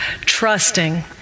trusting